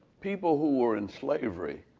people who were in slavery